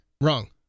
wrong